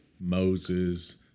Moses